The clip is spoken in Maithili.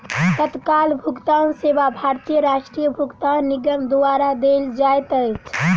तत्काल भुगतान सेवा भारतीय राष्ट्रीय भुगतान निगम द्वारा देल जाइत अछि